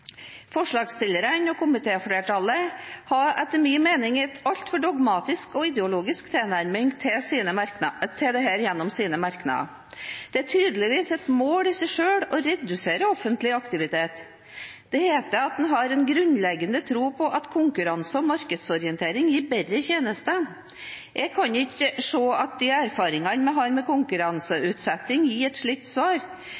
Forslagsstillerne og komitéflertallet har etter min mening en altfor dogmatisk og ideologisk tilnærming til dette gjennom sine merknader. Det er tydeligvis et mål i seg selv å redusere offentlig aktivitet. Det heter at en har en grunnleggende tro på at konkurranse og markedsorganisering gir bedre tjenester. Jeg kan ikke se at de erfaringene vi har med